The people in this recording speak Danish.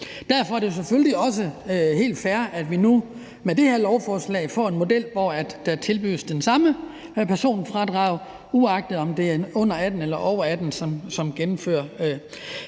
Derfor er det selvfølgelig også helt fair, at vi nu med det her lovforslag får en model, hvor der tilbydes det samme personfradrag, uagtet om det er en person under 18 år eller over 18 år, som udfører